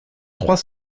trois